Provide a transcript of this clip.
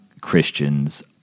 Christians